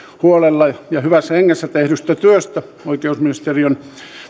huolella ja hyvässä hengessä tehdystä työstä oikeusministeriön